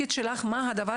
לדעתך,